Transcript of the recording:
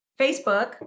Facebook